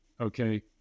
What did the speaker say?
Okay